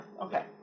Okay